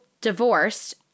divorced